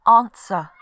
answer